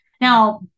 now